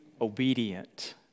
obedient